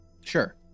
Sure